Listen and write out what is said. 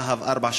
ביחידה "להב 433",